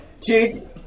Chief